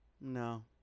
No